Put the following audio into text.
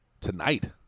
tonight